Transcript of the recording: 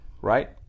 right